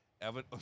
Evan